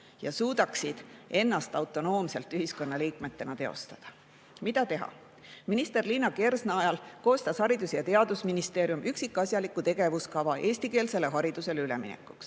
ja suudaksid ennast autonoomselt ühiskonna liikmetena teostada. Mida teha? Minister Liina Kersna ajal koostas Haridus‑ ja Teadusministeerium üksikasjaliku tegevuskava eestikeelsele haridusele üleminekuks.